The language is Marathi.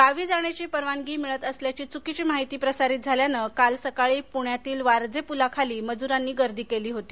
गावी जाण्याची परवानगी मिळत असल्याची चुकीची माहिती प्रसारित झाल्याने काल सकाळी पुण्याच्या वारजे पुलाखाली मजुरांनी गर्दी केली होती